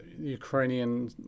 Ukrainian